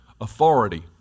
authority